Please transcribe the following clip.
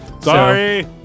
sorry